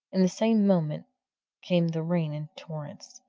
in the same moment came the rain in torrents.